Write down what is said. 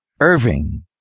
Irving